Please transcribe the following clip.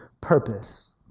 purpose